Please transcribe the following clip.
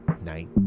night